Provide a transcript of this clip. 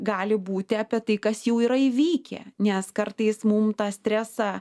gali būti apie tai kas jau yra įvykę nes kartais mum tą stresą